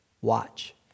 Watch